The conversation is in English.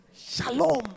Shalom